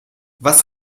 was